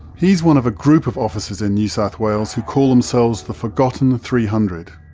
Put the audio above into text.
he is one of a group of officers in new south wales who call themselves the forgotten three hundred.